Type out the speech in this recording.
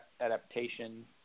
adaptation